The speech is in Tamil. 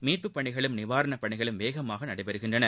மீட்பு பணிகளும் நிவாரண பணிகளும் வேகமாக நடைபெறுகின்றன